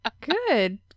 good